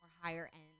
higher-end